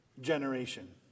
generation